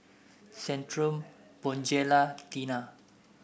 Centrum Bonjela Tena